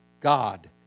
God